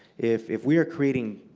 if if we are creating